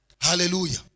Hallelujah